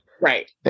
Right